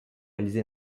réaliser